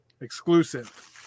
exclusive